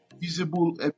visible